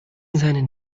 seinen